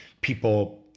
people